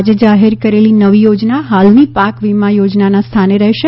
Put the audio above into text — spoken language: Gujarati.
આજે જાહેર કરેલી નવી યોજના હાલની પાક વીમા યોજનાના સ્થાને રહેશે